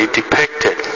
depicted